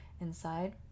inside